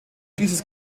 dieses